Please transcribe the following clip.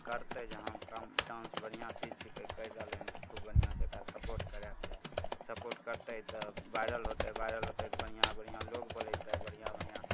करतै जे हँ काम डान्स बढ़िआँ चीज छै तऽ ई करि रहलै हँ तऽ खूब बढ़िआँसे एकरा सपोर्ट करैके चाही सपोर्ट करतै तऽ वाइरल होतै वाइरल होतै तऽ बढ़िआँ बढ़िआँ लोक बोलैतै बढ़िआँ बढ़िआँ